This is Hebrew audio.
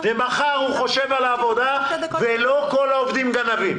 ומחר הוא יחשוב על העבודה, ולא כל העובדים גנבים.